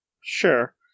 sure